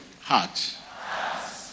Heart